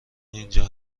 اینجا